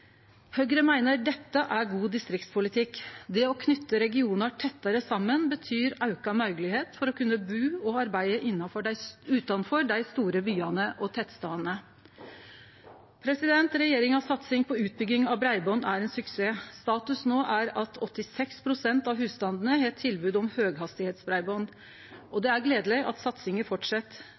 Høgre meiner dette er god distriktspolitikk. Det å knyte regionar tettare saman betyr auka moglegheit for å kunne bu og arbeide utanfor dei store byane og tettstadene. Regjeringa si satsing på utbygging av breiband er ein suksess. Status no er at 86 pst. av husstandane har tilbod om høghastigheitsbreiband, og det er gledeleg at satsinga fortset.